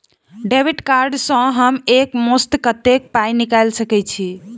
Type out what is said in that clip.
Debit card सँ हम एक मुस्त कत्तेक पाई निकाल सकय छी?